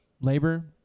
labor